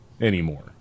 anymore